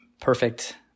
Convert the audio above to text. perfect